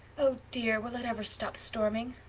oh, dear, will it ever stop storming.